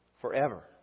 forever